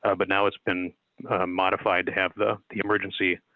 ah but now it's been a modified to have the the emergency.